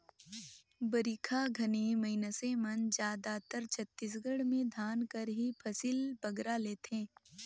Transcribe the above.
बरिखा घनी मइनसे मन जादातर छत्तीसगढ़ में धान कर ही फसिल बगरा लेथें